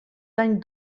din